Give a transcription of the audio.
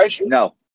no